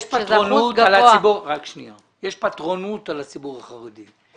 יש פטרונות על הציבור החרדי.